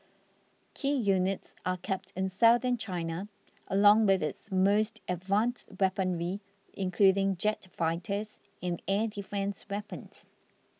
key units are kept in Southern China along with its most advanced weaponry including jet fighters and air defence weapons